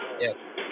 Yes